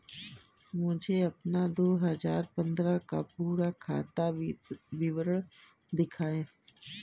मुझे अपना दो हजार पन्द्रह का पूरा खाता विवरण दिखाएँ?